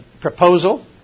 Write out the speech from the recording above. proposal